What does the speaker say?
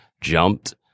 jumped